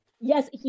Yes